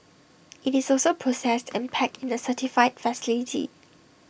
IT is also processed and packed in the certified facility